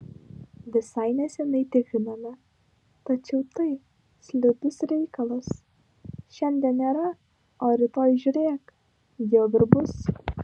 visai neseniai tikrinome tačiau tai slidus reikalas šiandien nėra o rytoj žiūrėk jau ir bus